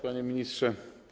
Panie Ministrze!